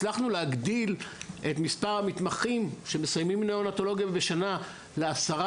הצלחנו להגדיל את מספר המתמחים שמסיימים ניאונטולוגיה בשנה ל-10,